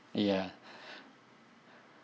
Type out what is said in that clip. ya